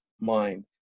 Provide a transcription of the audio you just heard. mind